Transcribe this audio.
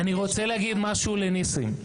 אני רוצה להגיד משהו לניסים.